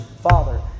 father